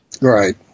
Right